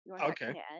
Okay